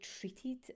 treated